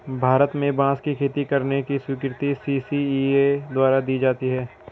भारत में बांस की खेती करने की स्वीकृति सी.सी.इ.ए द्वारा दी जाती है